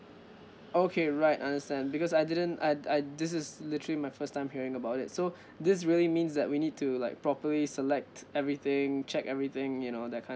okay right understand because I didn't I I this is literally my first time hearing about it so this really means that we need to like properly select everything check everything you know that kind